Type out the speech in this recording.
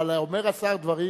אבל אומר השר דברים